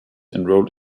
enrolled